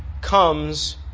comes